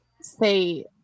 say